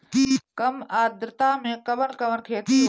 कम आद्रता में कवन कवन खेती होई?